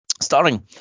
Starring